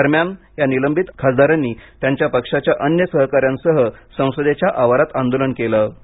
दरम्यान या निलंबित खासदारांनी त्यांच्या पक्षाच्या अन्य सहकाऱ्यांसह संसदेच्या आवारात आंदोलन केल